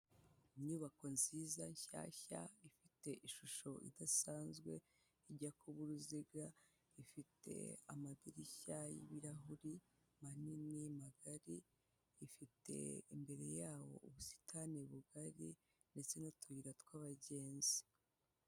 Inyubako nziza nshyashya ifite ishusho idasanzwe ijya kuba uruziga ifite amadirishya yibirahuri manini magari ifite imbere yawo ubusitani bugari ndetse n'utuyira tw'abagenzi.